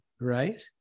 right